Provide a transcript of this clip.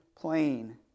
plain